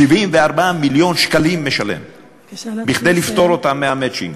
משלם 74 מיליון שקל כדי לפטור אותם מהמצ'ינג.